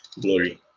glory